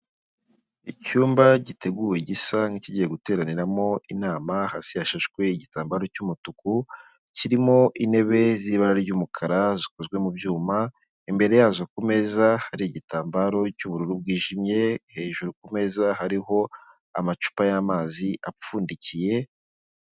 Icyumba giteguwe, gisa nki'kigiye guteraniramo inama hasi yashashwe igitambaro cy'umutuku, kirimo intebe z'ibara ry'umukara zikozwe mu byuma, imbere yazo ku meza hari igitambaro cy'ubururu bwijimye, hejuru ku meza hariho amacupa y'amazi apfundikiye.